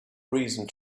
reason